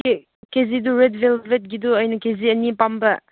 ꯀꯦ ꯖꯤꯗꯨ ꯔꯦꯗ ꯚꯦꯜꯕꯦꯠꯀꯤꯗꯨ ꯑꯩꯅ ꯀꯦ ꯖꯤ ꯑꯅꯤ ꯄꯥꯝꯕ